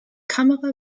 kamera